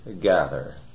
gather